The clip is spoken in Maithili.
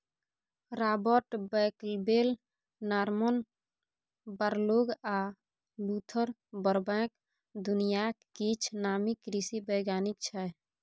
राबर्ट बैकबेल, नार्मन बॉरलोग आ लुथर बरबैंक दुनियाक किछ नामी कृषि बैज्ञानिक छै